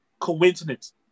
coincidence